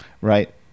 Right